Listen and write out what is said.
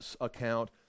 account